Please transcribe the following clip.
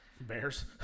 Bears